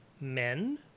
men